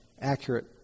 accurate